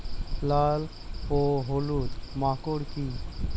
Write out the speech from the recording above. লাল ও হলুদ মাকর কী?